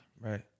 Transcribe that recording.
Right